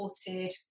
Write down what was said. supported